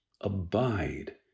Abide